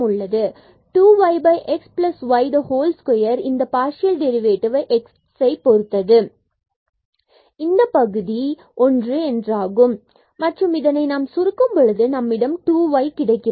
o 2 y x y a whole square இந்த partial derivative x சை பொருத்து இந்த பகுதிக்கு ஒன்று ஆகும் மற்றும் இதனை நாம் சுருக்கும் பொழுது நம்மிடம் 2y கிடைக்கிறது